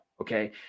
okay